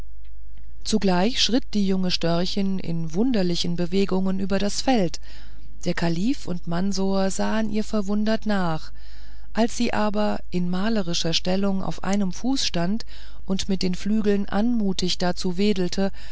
zugleich schritt die junge störchin in wunderlichen bewegungen durch das feld der kalif und mansor sahen ihr verwundert nach als sie aber in malerischer stellung auf einem fuß stand und mit den flügeln anmutig dazu wedelte